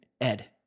Ed